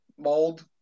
Mold